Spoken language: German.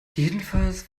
jedenfalls